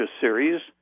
series